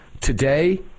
Today